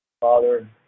Father